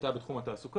הייתה בתחום התעסוקה,